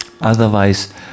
Otherwise